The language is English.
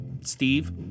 Steve